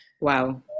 Wow